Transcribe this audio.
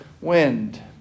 wind